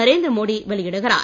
நரேந்திர மோடி வெளியிடுகிறார்